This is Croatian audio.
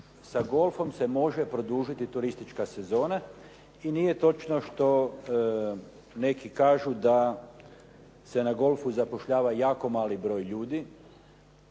sa golfom se može produžiti turistička sezona i nije točno što neki kažu da se na golfu zapošljava jako mali broj ljudi